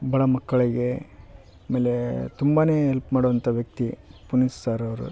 ಬಡ ಮಕ್ಕಳಿಗೆ ಆಮೇಲೆ ತುಂಬನೇ ಎಲ್ಪ್ ಮಾಡುವಂಥ ವ್ಯಕ್ತಿ ಪುನೀತ್ ಸರ್ ಅವರು